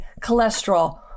Cholesterol